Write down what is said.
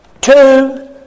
two